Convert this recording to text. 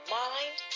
mind